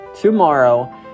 tomorrow